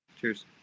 Cheers